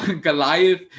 Goliath